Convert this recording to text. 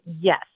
yes